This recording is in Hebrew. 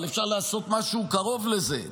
אבל אפשר לעשות משהו קרוב לזה.